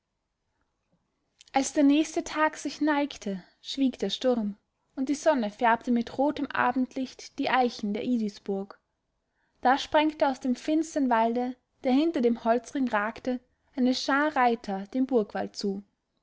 als der nächste tag sich neigte schwieg der sturm und die sonne färbte mit rotem abendlicht die eichen der idisburg da sprengte aus dem finstern walde der hinter dem holzring ragte eine schar reiter dem burgwall zu